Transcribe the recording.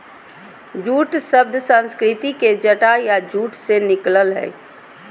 jute शब्द संस्कृत के जटा या जूट से निकलल हइ